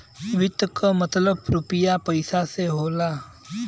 वित्त क मतलब रुपिया पइसा से होला